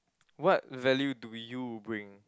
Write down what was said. what value do you bring